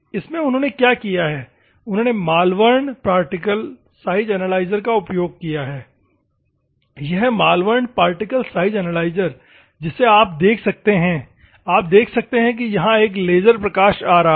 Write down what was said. इसमें उन्होंने क्या किया है उन्होंने मालवर्न पार्टिकल साइज एनालाइजर का उपयोग किया है यह मालवर्न पार्टिकल साइज एनालाइजर है जिसे आप देख सकते हैं आप देख सकते हैं कि यहां एक लेजर प्रकाश आ रहा है